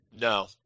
No